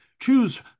Choose